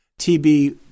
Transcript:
TB